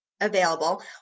available